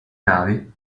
navi